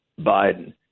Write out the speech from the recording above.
Biden